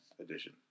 Edition